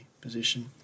position